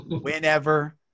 whenever